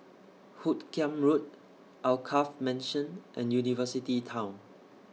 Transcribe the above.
Hoot Kiam Road Alkaff Mansion and University Town